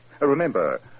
Remember